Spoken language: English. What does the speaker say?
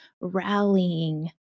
rallying